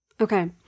Okay